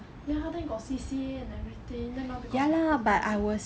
ya then got C_C_A and everything then now because of COVID